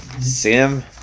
Sim